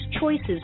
choices